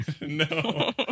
No